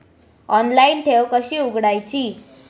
Online ठेव कशी उघडायची?